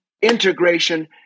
integration